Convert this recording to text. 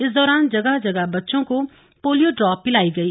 इस दौरान जगह जगह बच्चों को पोलियो ड्रॉप पिलाई गई